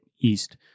east